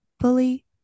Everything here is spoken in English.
Fully